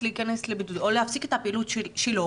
להיכנס לבידוד או להפסיק את הפעילות שלו,